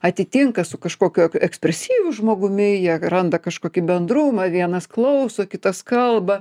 atitinka su kažkokiu ekspresyvu žmogumi jie randa kažkokį bendrumą vienas klauso kitas kalba